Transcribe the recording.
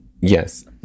Yes